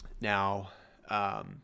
Now